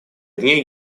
дней